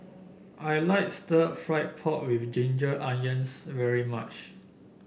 I like stir fry pork with Ginger Onions very much